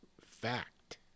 fact